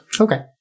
okay